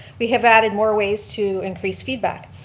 we have added more ways to increase feedback.